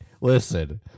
listen